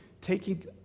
taking